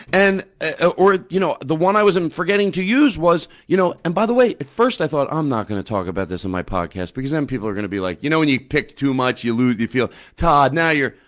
and ah or you know the one i was um forgetting to use was you know and, by the way, at first i thought, i'm not going to talk about this in my podcast, because then people are going to be like you know when you pick too much, you lose the field? todd, now you're.